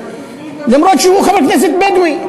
אפילו שהוא חבר כנסת בדואי.